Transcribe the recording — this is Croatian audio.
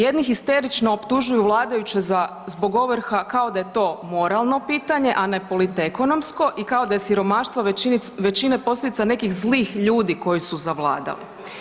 Jedni histerično optužuju vladajuće za, zbog ovrha kao da je to moralno pitanje, a ne polit-ekonomsko i kao da je siromaštvo većine posljedica nekih zlih ljudi koji su zavladali.